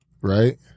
Right